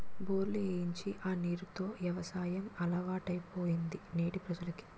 బోర్లు ఏయించి ఆ నీరు తో యవసాయం అలవాటైపోయింది నేటి ప్రజలకి